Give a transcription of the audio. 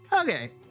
Okay